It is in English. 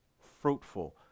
Fruitful